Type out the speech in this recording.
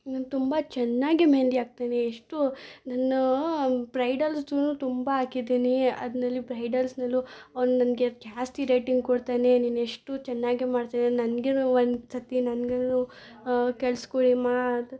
ನಾನು ತುಂಬ ಚೆನ್ನಾಗಿ ಮೆಹೆಂದಿ ಹಾಕ್ತೀನಿ ಇಷ್ಟು ನನ್ನ ಬ್ರೈಡಲ್ಸ್ದು ತುಂಬ ಹಾಕಿದೀನಿ ಅದ್ನಲ್ಲಿ ಬ್ರೈಡಲ್ಸ್ನಲ್ಲೂ ಅವ್ನು ನನಗೆ ಜಾಸ್ತಿ ರೇಟಿಂಗ್ ಕೊಡ್ತಾನೆ ನೀನು ಎಷ್ಟು ಚೆನ್ನಾಗಿ ಮಾಡ್ತಿದೆ ನನ್ಗೇ ಒಂದುಸರ್ತಿ ನನ್ಗೂ ಕೇಳಿಸ್ಕೊಳ್ಳಿಮಾ